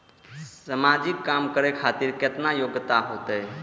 समाजिक काम करें खातिर केतना योग्यता होते?